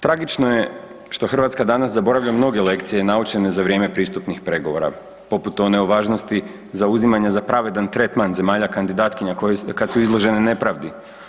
Tragično je što Hrvatska danas zaboravlja mnoge lekcije naučene za vrijeme pristupnih pregovora poput one o važnosti zauzimanja za pravedan tretman zemalja kandidatkinja kad su izložene nepravdi.